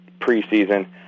preseason